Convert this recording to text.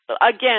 again